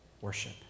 worship